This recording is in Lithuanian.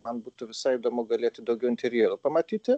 man būtų visai įdomu galėti daugiau interjero pamatyti